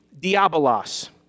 diabolos